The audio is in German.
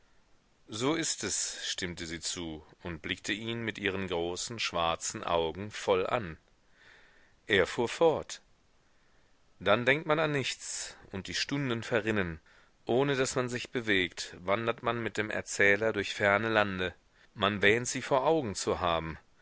so ist es stimmte sie zu und blickte ihn mit ihren großen schwarzen augen voll an er fuhr fort dann denkt man an nichts und die stunden verrinnen ohne daß man sich bewegt wandert man mit dem erzähler durch ferne lande man wähnt sie vor augen zu haben